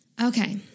okay